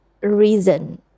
reason